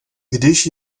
když